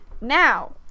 now